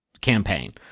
campaign